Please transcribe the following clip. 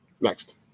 Next